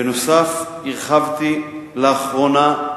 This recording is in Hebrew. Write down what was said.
בנוסף, הרחבתי לאחרונה,